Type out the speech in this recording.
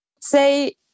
say